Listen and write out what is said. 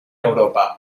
europa